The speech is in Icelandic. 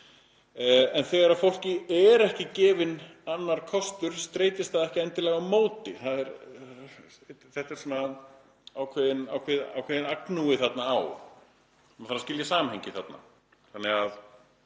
en þegar fólki er ekki gefinn annar kostur streitist það ekki endilega á móti. Þetta er svona ákveðinn agnúi þarna á. Maður þarf að skilja samhengið þarna. Það